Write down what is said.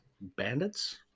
bandits